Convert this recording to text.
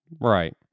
right